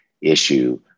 issue